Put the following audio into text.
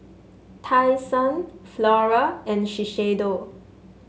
Tai Sun Flora and Shiseido